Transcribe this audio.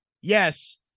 Yes